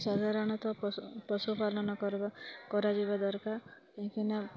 ସାଧାରଣତଃ ପଶୁପାଳନ କରିବା କରାଯିବା ଦରକାର କାହିଁକିନା